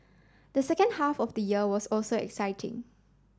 the second half of the year was also exciting